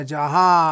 Jaha